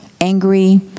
angry